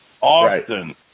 Austin